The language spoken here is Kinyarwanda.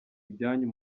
ibyanyu